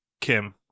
Kim